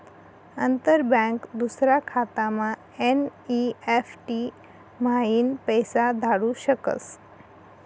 अंतर बँक दूसरा खातामा एन.ई.एफ.टी म्हाईन पैसा धाडू शकस